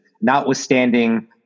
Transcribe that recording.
notwithstanding